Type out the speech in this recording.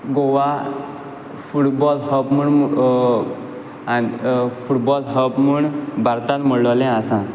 Goa football hub म्हूण football hub म्हूण भारतान म्हुणलोलें आसा